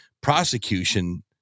prosecution